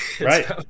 right